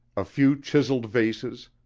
a few chiseled vases,